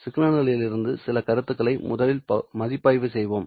சிக்னல்களிலிருந்து சில கருத்துகளை முதலில் மதிப்பாய்வு செய்வோம்